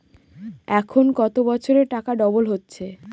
এখন কত বছরে টাকা ডবল হচ্ছে?